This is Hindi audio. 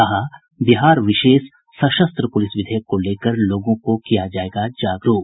कहा बिहार विशेष सशस्त्र पूलिस विधेयक को लेकर लोगों को किया जायेगा जागरूक